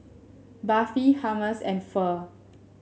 Barfi Hummus and Pho